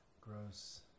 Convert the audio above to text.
Gross